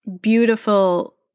beautiful